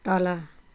तल